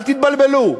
אל תתבלבלו.